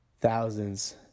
thousands